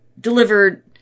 delivered